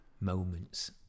moments